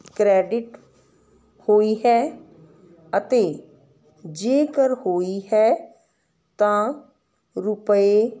credit ਹੋਈ ਹੈ ਅਤੇ ਜੇਕਰ ਹੋਈ ਹੈ ਤਾਂ ਰੁਪਏ